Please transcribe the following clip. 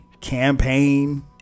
campaign